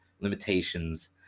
limitations